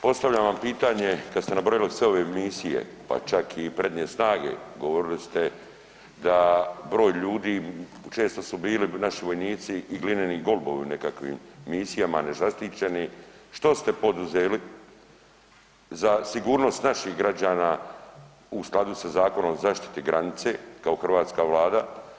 Postavljam vam pitanje kada ste nabrojili sve ove misije pa čak i prednje snage, govorili ste da broj ljudi često su bili naši vojnici i glineni golubovi u nekakvim misijama nezaštićeni, što ste poduzeli za sigurnost naših građana u skladu sa zakonom zaštite granice kao hrvatska Vlada?